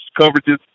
coverages